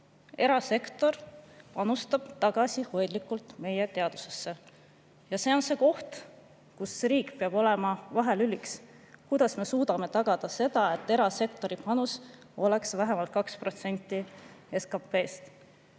erasektor panustab tagasihoidlikult meie teadusesse. See on see koht, kus riik peab olema vahelüliks. Kuidas me suudame tagada seda, et erasektori panus oleks vähemalt 2% SKP‑st?